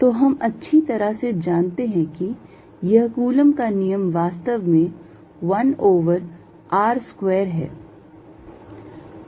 तो हम अच्छी तरह से जानते हैं कि यह कूलॉम का नियम वास्तव में 1 over r square है